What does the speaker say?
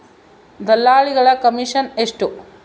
ದಲ್ಲಾಳಿಗಳ ಕಮಿಷನ್ ಎಷ್ಟು?